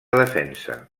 defensa